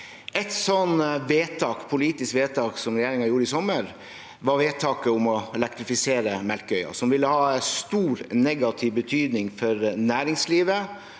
sånt politisk vedtak, som regjeringen gjorde i sommer, er vedtaket om å elektrifisere Melkøya. Det vil ha stor negativ betydning for næringslivet,